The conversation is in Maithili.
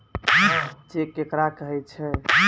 चेक केकरा कहै छै?